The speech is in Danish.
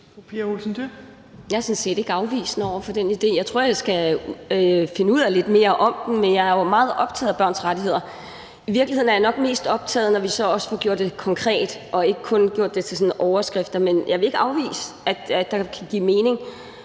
Jeg er sådan set ikke afvisende over for den idé. Jeg tror, jeg skal finde ud af lidt mere om den, men jeg er jo meget optaget af børns rettigheder. I virkeligheden er jeg nok mest optaget af, at vi så også får gjort det konkret og ikke kun får gjort det til sådan overskrifter, men jeg vil ikke afvise, at det kan give mening.